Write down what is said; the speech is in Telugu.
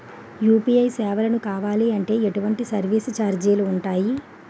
యు.పి.ఐ సేవలను కావాలి అంటే ఎటువంటి సర్విస్ ఛార్జీలు ఉంటాయి?